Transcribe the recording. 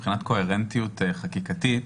מבחינת קוהרנטיות חקיקתית,